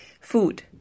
Food